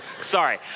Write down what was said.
Sorry